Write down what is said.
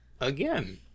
again